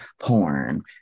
porn